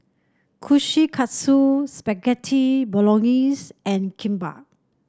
Kushikatsu Spaghetti Bolognese and Kimbap